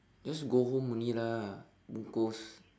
just go home only lah bungkus